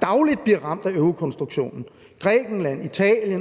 der dagligt bliver ramt af eurokonstruktionen – Grækenland, Italien,